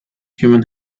human